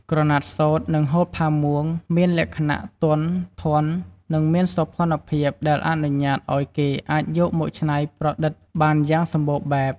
ក្រណាត់សូត្រ និងហូលផាមួង មានលក្ខណៈទន់ ធន់ និងមានសោភ័ណភាព ដែលអនុញ្ញាតឱ្យគេអាចយកមកច្នៃប្រតិដ្ឋបានយ៉ាងសម្បូរបែប។